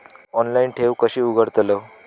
Online ठेव कशी उघडतलाव?